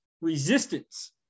resistance